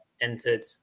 entered